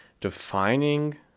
defining